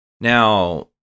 Now